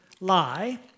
lie